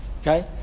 Okay